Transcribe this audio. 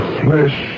flesh